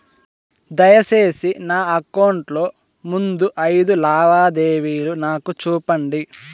దయసేసి నా అకౌంట్ లో ముందు అయిదు లావాదేవీలు నాకు చూపండి